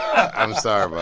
i'm sorry about